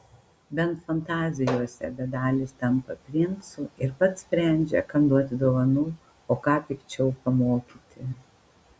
bent fantazijose bedalis tampa princu ir pats sprendžia kam duoti dovanų o ką pikčiau pamokyti